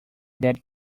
that